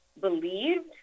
believed